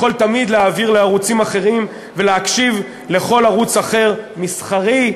יכול תמיד להעביר לערוצים אחרים ולהקשיב לכל ערוץ אחר מסחרי,